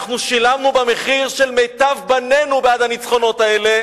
אנחנו שילמנו במחיר של מיטב בנינו בעד הניצחונות האלה